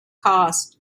cost